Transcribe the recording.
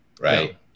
Right